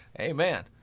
Amen